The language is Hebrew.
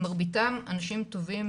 מרביתם אנשים טובים,